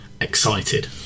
excited